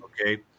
Okay